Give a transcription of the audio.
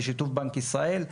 בשיתוף בנק ישראל,